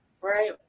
right